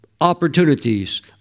opportunities